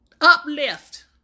Uplift